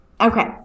Okay